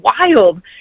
wild